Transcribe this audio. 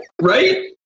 Right